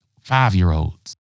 Five-year-olds